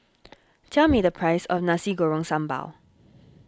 tell me the price of Nasi Goreng Sambal